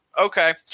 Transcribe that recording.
Okay